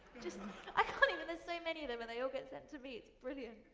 just i can't even, there's so many of them and they all get sent to me, it's brilliant.